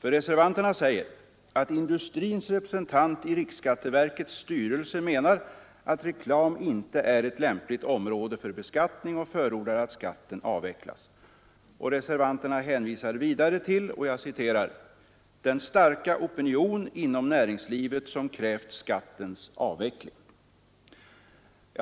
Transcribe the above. Reservanterna säger att industrins representant i riksskatteverkets styrelse menar att reklam inte är ett lämpligt område för beskattning och förordar att skatten avvecklas. Reservanterna hänvisar vidare till ”den starka opinion inom näringslivet som krävt skattens avveckling”.